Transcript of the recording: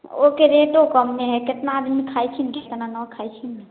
ओकर रेटो कमे हइ कतना आदमी खाइ छै कतना नहि खाइ छै